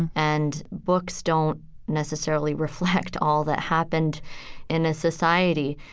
and books don't necessarily reflect all that happened in a society.